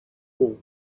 war